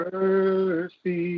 Mercy